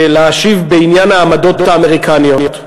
להשיב בעניין העמדות האמריקניות.